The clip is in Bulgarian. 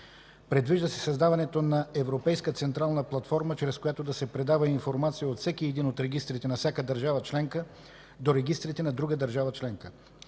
Предвижда се създаването на европейска централна платформа, чрез която да се предава информация от всеки един от регистрите на всяка държава членка до регистрите на друга държава членка.